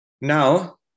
Now